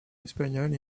espagnol